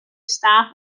staff